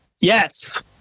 yes